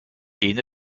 jene